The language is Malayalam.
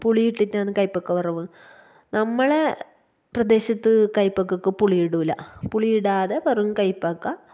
പുളിയിട്ടിട്ടാണ് കയ്പ്പക്ക വറവ് നമ്മളുടെ പ്രദേശത്ത് കയ്പ്പയ്ക്കക്ക് പുളി ഇടില്ല പുളിയിടാതെ വെറും കയ്പ്പയ്ക്ക